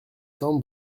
cents